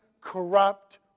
corrupt